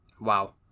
wow